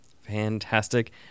fantastic